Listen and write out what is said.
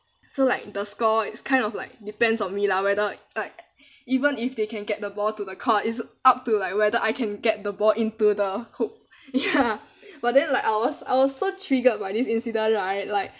so like the score it's kind of like depends on me lah whether like even if they can get the ball to the court is up to like whether I can get the ball into the hoop ya but then like I was I was so triggered by this incident right like